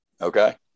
Okay